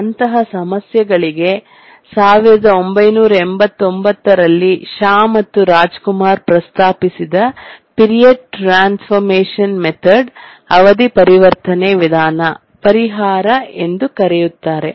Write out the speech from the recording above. ಅಂತಹ ಸಮಸ್ಯೆಗಳಿಗೆ 1989 ರಲ್ಲಿ ಶಾ ಮತ್ತು ರಾಜ್ ಕುಮಾರ್ ಪ್ರಸ್ತಾಪಿಸಿದ ಪಿರಿಯಡ್ ಟ್ರಾನ್ಸ್ ಫಾರ್ಮೇಶನ್ ಮೆಥಡ್ ಅವಧಿ ಪರಿವರ್ತನೆ ವಿಧಾನ ಪರಿಹಾರ ಎಂದು ಕರೆಯುತ್ತಾರೆ